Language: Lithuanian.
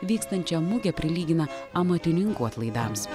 vykstančią mugę prilygina amatininkų atlaidams